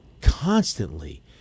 constantly